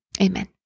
Amen